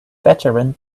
veteran